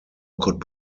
could